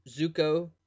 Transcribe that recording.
Zuko